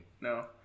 No